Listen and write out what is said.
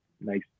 nice